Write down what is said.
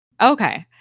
Okay